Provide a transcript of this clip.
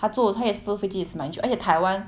他坐他也坐飞机也是蛮久 !aiya! 台湾